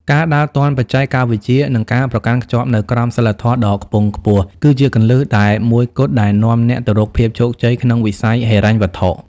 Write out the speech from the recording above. ការដើរទាន់បច្ចេកវិទ្យា និងការប្រកាន់ខ្ជាប់នូវក្រមសីលធម៌ដ៏ខ្ពង់ខ្ពស់ គឺជាគន្លឹះតែមួយគត់ដែលនាំអ្នកទៅរកភាពជោគជ័យក្នុងវិស័យហិរញ្ញវត្ថុ។